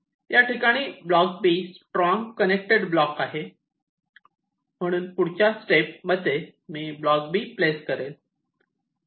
याठिकाणी block B strong connected block आहे म्हणून पुढच्या स्टेप मध्ये मी ब्लॉक B प्लेस करेल